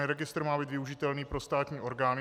Registr má být využitelný pro státní orgány.